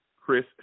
Chris